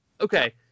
Okay